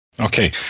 Okay